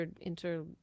inter